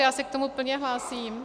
Já se k tomu plně hlásím.